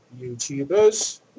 YouTubers